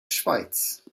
schweiz